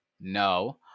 no